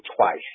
twice